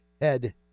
head